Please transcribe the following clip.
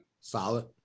Solid